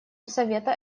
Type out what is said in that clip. совета